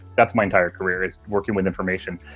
that's my entire career, it's working with information.